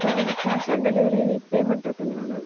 இப்போது cash on delivery payment இருக்குதுங்களாண்ணா